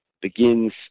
begins